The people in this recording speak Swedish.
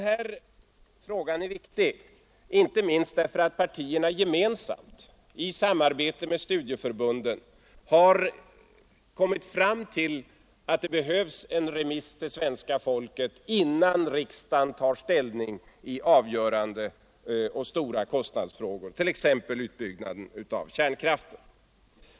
Denna fråga är viktig inte minst därför att partierna gemensamt i samarbete med studieförbunden har kommit fram till att det behövs en remiss till svenska folket innan riksdagen tar ställning i stora och avgörande frågor, t.ex. utbyggnaden av kärnkraften.